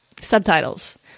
subtitles